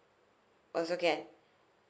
also can